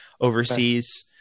overseas